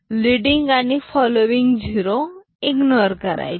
lending आणि following zero ignore करायचे